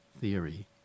theory